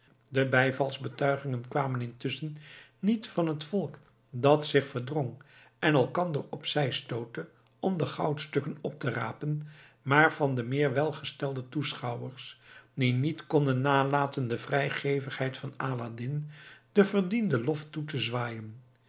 de bijvalsbetuigingen kwamen intusschen niet van het volk dat zich verdrong en elkander op zij stootte om de goudstukken op te rapen maar van de meer welgestelde toeschouwers die niet konden nalaten de vrijgevigheid van aladdin den verdienden lof toe te zwaaien